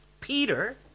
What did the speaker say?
Peter